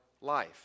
life